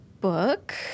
book